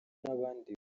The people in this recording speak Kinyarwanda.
n’abandi